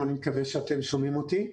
אני מקווה שאתם שומעים אותי.